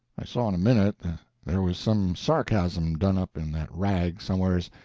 i saw in a minute that there was some sarcasm done up in that rag somewheres,